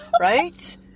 Right